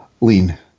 lean